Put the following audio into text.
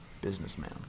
businessman